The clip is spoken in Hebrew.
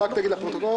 אז רק תגיד לפרוטוקול.